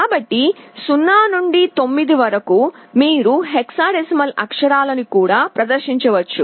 కాబట్టి 0 నుండి 9 వరకు మీరు హెక్సాడెసిమల్ అక్షరాలను కూడా ప్రదర్శించవచ్చు